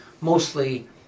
mostly